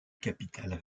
capital